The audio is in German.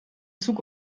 zug